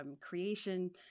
creation